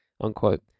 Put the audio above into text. Unquote